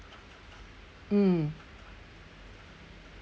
mm